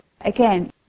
again